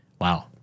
Wow